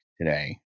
today